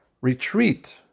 retreat